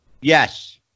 Yes